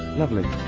lovely.